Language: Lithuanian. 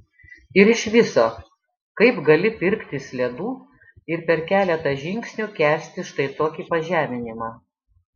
ir iš viso kaip gali pirktis ledų ir per keletą žingsnių kęsti štai tokį pažeminimą